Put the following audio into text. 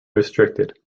restricted